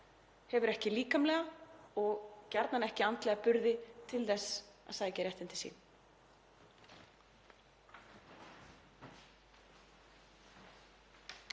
hefur ekki líkamlega og gjarnan ekki andlega burði til þess að sækja réttindi sín.